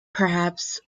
perhaps